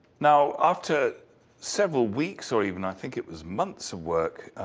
now, after several weeks, or even i think it was months of work,